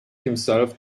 himself